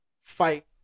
fight